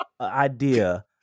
idea